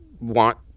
want